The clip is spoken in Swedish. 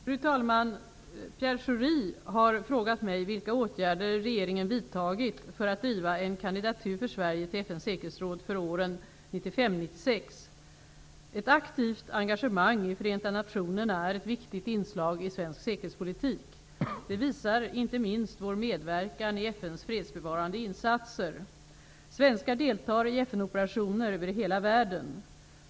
Fru talman! Pierre Schori har frågat mig vilka åtgärder regeringen har vidtagit för att driva en kandidatur för Sverige till FN:s säkerhetsråd för åren 1995--1996. Ett aktivt engagemang i Förenta nationerna är ett viktigt inslag i svensk säkerhetspolitik. Det visar inte minst vår medverkan i FN:s fredsbevarande insatser. Svenskar deltar i FN-operationer över hela världen.